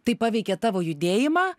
tai paveikė tavo judėjimą